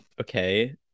okay